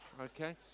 okay